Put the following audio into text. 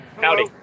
Howdy